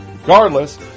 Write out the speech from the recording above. Regardless